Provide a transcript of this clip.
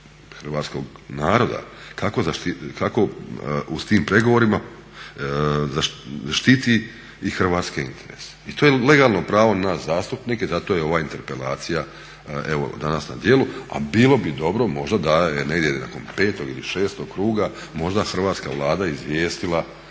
hrvatskog naroda kako s tim pregovorima štiti i hrvatske interese i to je legalno pravo na zastupnike, zato je ova interpelacija danas na djelu. A bilo bi dobro možda da je negdje nakon petog ili šestog kruga možda Hrvatska Vlada izvijestila